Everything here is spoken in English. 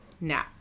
Now